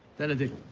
denedict.